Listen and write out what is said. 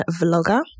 vlogger